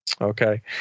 Okay